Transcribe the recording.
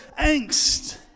angst